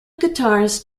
guitarist